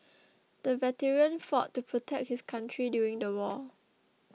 the veteran fought to protect his country during the war